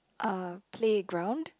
a playground